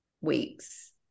weeks